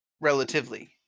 relatively